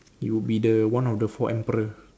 you'll be the one of the four emperor